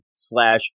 Slash